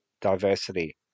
diversity